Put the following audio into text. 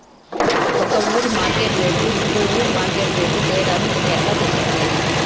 ఒక ఊరి మార్కెట్ రేట్లు ఇంకో ఊరి మార్కెట్ రేట్లు తేడాను నేను ఎట్లా తెలుసుకునేది?